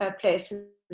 places